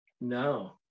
No